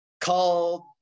Called